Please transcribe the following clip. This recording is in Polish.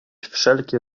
wszelkie